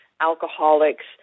alcoholics